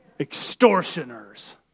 extortioners